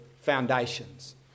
foundations